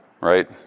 Right